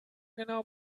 genau